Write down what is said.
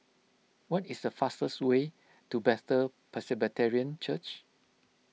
what is the fastest way to Bethel Presbyterian Church